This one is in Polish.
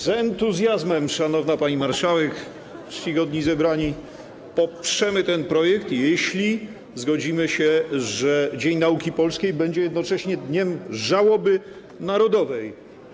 Z entuzjazmem, szanowna pani marszałek, czcigodni zebrani, poprzemy ten projekt, jeśli zgodzimy się, żeby Dzień Nauki Polskiej był jednocześnie dniem żałoby narodowej.